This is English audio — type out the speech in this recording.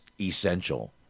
essential